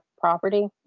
property